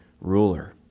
ruler